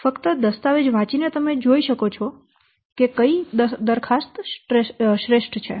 ફક્ત દરખાસ્તો વાંચીને તમે જોઈ શકો છો કે કઈ દરખાસ્ત શ્રેષ્ઠ છે